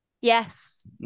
yes